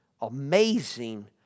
amazing